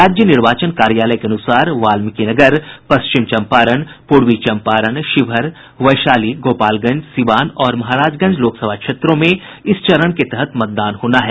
राज्य निर्वाचन कार्यालय के अनुसार वाल्मीकिनगर पश्चिम चंपारण पूर्वी चंपारण शिवहर वैशाली गोपालगंज सिवान और महाराजगंज लोकसभा क्षेत्रों में इस चरण के तहत मतदान होना है